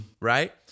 right